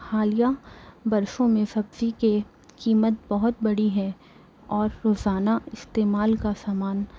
حالیہ برسوں میں سبزی کے قیمت بہت بڑھی ہے اور روزانہ استعمال کا سامان